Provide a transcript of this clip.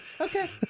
Okay